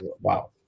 Wow